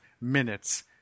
minutes